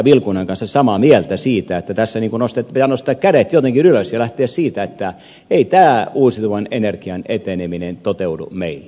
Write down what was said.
vilkunan kanssa samaa mieltä siitä että tässä pitää nostaa kädet jotenkin ylös ja lähteä siitä että ei tämä uusiutuvan energian eteneminen toteudu meillä